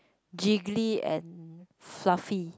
giggly and fluffy